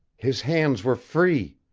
his hands were free!